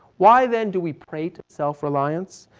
why then do we pray to self reliance?